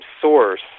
source